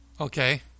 Okay